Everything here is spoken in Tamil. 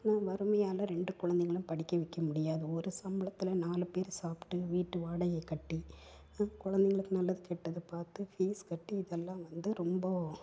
வறுமையால் ரெண்டு குழந்தைங்களும் படிக்க வைக்க முடியாது ஒரு சம்பளத்தில் நாலு பேர் சாப்பிட்டு வீட்டு வாடகையை கட்டி குழந்தைங்களுக்கு நல்லது கேட்டது பார்த்து ஃபீஸ் கட்டி இதெல்லாம் வந்து ரொம்ப